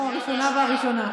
או הראשונה והראשונה?